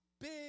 big